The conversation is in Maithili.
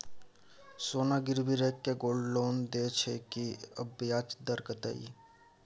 सोना गिरवी रैख के गोल्ड लोन दै छियै की, आ ब्याज दर कत्ते इ?